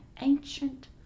ancient